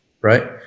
Right